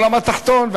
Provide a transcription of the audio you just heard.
העולם התחתון,